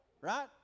right